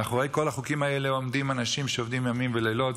מאחורי כל החוקים האלה עומדים אנשים שעובדים ימים ולילות.